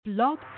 Blog